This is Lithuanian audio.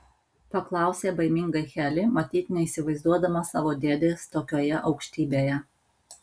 paklausė baimingai heli matyt neįsivaizduodama savo dėdės tokioje aukštybėje